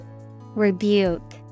Rebuke